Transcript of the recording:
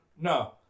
No